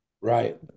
Right